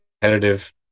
competitive